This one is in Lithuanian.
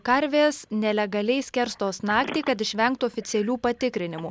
karvės nelegaliai skerstos naktį kad išvengtų oficialių patikrinimų